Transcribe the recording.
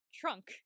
Trunk